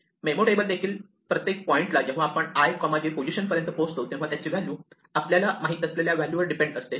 या memo table मध्ये प्रत्येक पॉइंटला जेव्हा आपण i j पोझिशन पर्यंत पोहोचतो तेव्हा त्याची व्हॅल्यू आपल्याला माहिती असलेल्या व्हॅल्यू वर डिपेंड असते